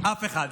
אף אחד.